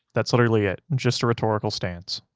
that's literally it, just a rhetorical stance.